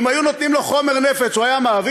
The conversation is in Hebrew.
אם היו נותנים לו חומר נפץ, הוא היה מעבר?